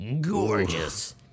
gorgeous